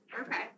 okay